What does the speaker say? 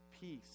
Peace